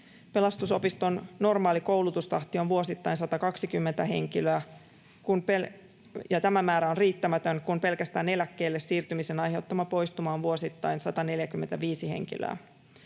Pelastusopiston normaali koulutustahti on vuosittain 120 henkilöä, ja tämä määrä on riittämätön, kun pelkästään eläkkeelle siirtymisen aiheuttama poistuma on vuosittain 145 henkilöä.